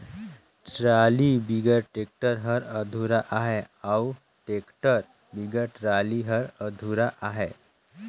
trolley बिगर tractor हर अधुरा अहे अउ टेक्टर बिगर टराली हर अधुरा अहे